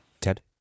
ted